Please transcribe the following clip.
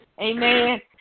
amen